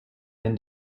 been